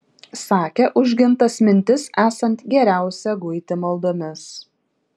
sakė užgintas mintis esant geriausia guiti maldomis